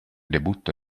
debutto